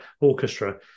orchestra